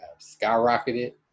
skyrocketed